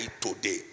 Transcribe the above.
today